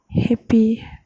happy